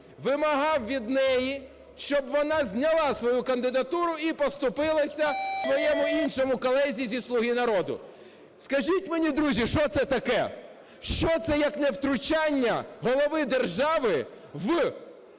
вимагав від неї, щоб вона зняла свою кандидатуру і поступилася своєму іншому колезі зі "Слуги народу". Скажіть мені, друзі, що це таке? Що це як не втручання голови держави в